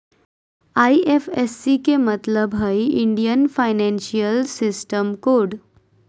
IFSC के मतलब हइ इंडियन फाइनेंशियल सिस्टम कोड